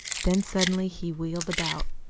then suddenly he wheeled about.